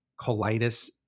colitis